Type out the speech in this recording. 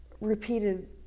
repeated